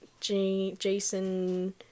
Jason